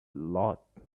lot